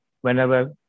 whenever